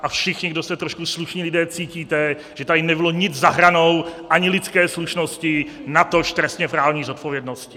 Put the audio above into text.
A všichni, kdo jste trošku slušní lidé, cítíte, že tady nebylo nic za hranou ani lidské slušnosti, natož trestněprávní zodpovědnosti.